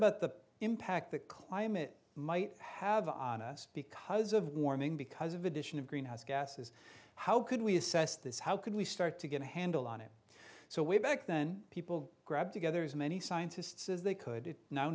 about the impact that climate might have on us because of warming because of addition of greenhouse gases how could we assess this how could we start to get a handle on it so way back then people grabbed together as many scientists as they could no